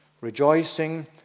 rejoicing